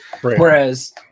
Whereas